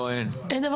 לא, אין.